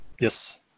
Yes